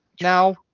now